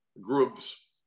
groups